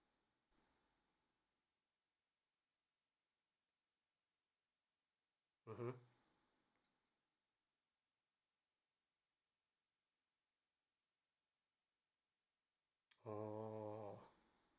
mmhmm oh